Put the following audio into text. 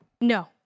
No